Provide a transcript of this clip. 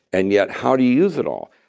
and yet how to use it all.